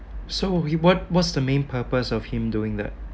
so we what what's the main purpose of him doing that